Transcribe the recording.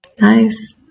Nice